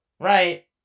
Right